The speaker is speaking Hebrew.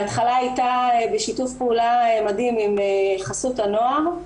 ההתחלה הייתה בשיתוף פעולה מדהים עם חסות הנוער,